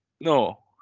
No